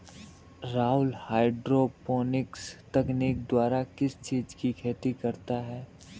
Rahul hydroponics तकनीक द्वारा किस चीज की खेती करता है?